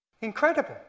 Incredible